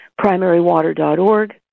PrimaryWater.org